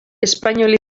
espainol